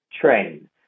train